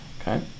okay